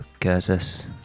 Curtis